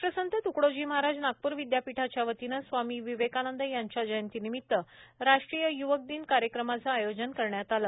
राष्ट्रसंत तृकडोजी महाराज नागपूर विदयापीठाच्या वतीने स्वामी विवेकानंद यांच्या जयंती निमित्त राष्ट्रीय युवक दिन कार्यक्रमाचे आयोजन करण्यात आले